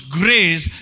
grace